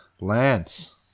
Lance